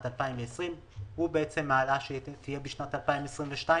2020. הוא בעצם ההעלאה שתהיה בשנת 2022?